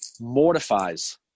mortifies